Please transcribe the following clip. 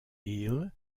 hill